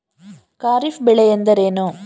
ಖಾರಿಫ್ ಬೆಳೆ ಎಂದರೇನು?